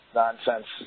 nonsense